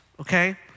okay